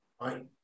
right